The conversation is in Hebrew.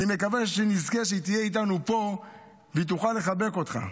אני מקווה שנזכה שהיא תהיה איתנו פה והיא תוכל לחבק אותך,